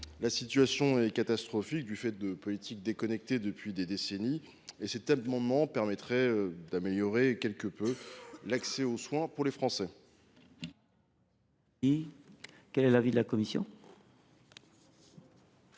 La situation est catastrophique du fait des politiques déconnectées menées depuis des décennies. Adopter cet amendement permettrait d’améliorer quelque peu l’accès des Français aux soins. Quel est l’avis de la commission ?